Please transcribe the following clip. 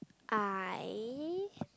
I